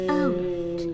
out